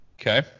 Okay